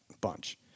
bunch